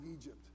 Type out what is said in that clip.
Egypt